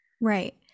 Right